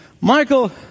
Michael